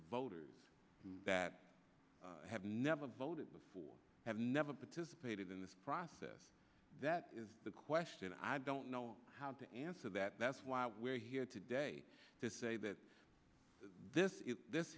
voters that have never voted before have never participated in this process that is the question i don't know how to answer that that's why we're here today to say that this is this